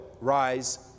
rise